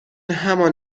همان